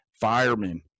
firemen